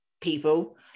people